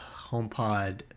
HomePod